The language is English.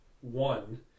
one